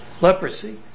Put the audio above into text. Leprosy